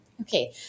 Okay